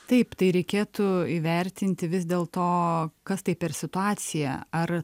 taip tai reikėtų įvertinti vis dėl to kas tai per situaciją ar